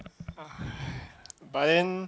but then